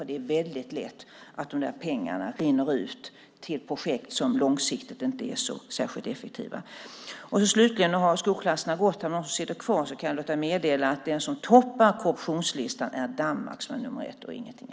Det är väldigt lätt att pengarna rinner ut i projekt som långsiktigt inte är effektiva. Slutligen: Nu har skolklasserna på läktaren gått, men till dem som sitter kvar kan jag meddela att det land som toppar korruptionslistan är Danmark, som är nr 1, och inget annat.